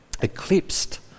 eclipsed